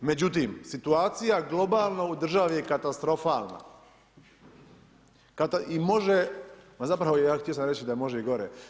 Međutim, situacija globalno u državi je katastrofalna i može, ma zapravo htio sam reći da može i gore.